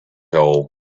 hole